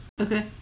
okay